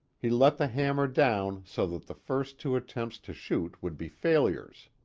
he let the hammer down so that the first two attempts to shoot would be failures.